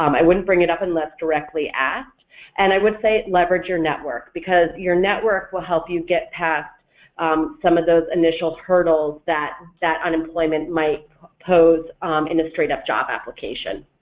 um i wouldn't bring it up unless directly asked and i would say leverage your network because your network will help you get past some of those initial hurdles that that unemployment might pose in a straight-up job application.